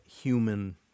human